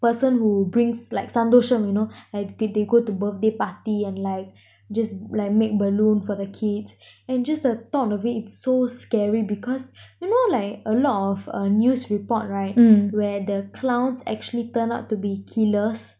person who brings like சந்தோசம்:santhosam you know like k~ they go to birthday party and like just like make balloon for the kids and just the thought of it it's so scary because you know like a lot of uh news report right where the clowns actually turn out to be killers